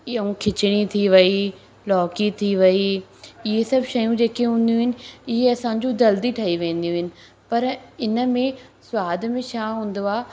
इहो खिचड़ी थी वई लौकी थी वई इहो सभु शयूं जेके हूंदियूं आहिनि इहे असांजो जल्दी ठही वेंदियूं आहिनि पर इन में सवाद में छा हूंदो आहे